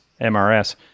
MRS